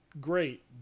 great